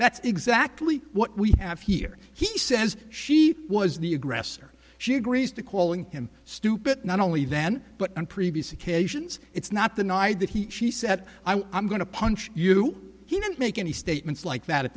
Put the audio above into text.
that's exactly what we have here he says she was the aggressor she agrees to calling him stupid not only then but on previous occasions it's not the night that he she said i'm going to punch you he didn't make any statements like that at